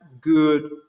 good